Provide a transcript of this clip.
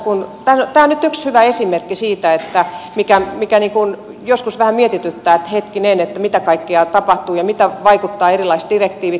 tämä on nyt yksi hyvä esimerkki siitä mikä joskus vähän mietityttää että hetkinen mitä kaikkea tapahtuu ja miten vaikuttavat erilaiset direktiivit